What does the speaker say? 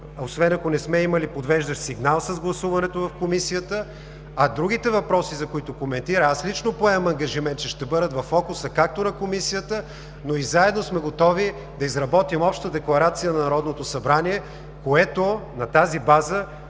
освен ако не сме имали подвеждащ сигнал с гласуването в Комисията. А другите въпроси, за които коментирах – аз лично поемам ангажимент, че ще бъдат във фокуса и на Комисията. Но и заедно сме готови да изработим Обща декларация на Народното събрание, която на тази база